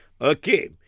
Okay